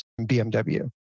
BMW